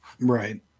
Right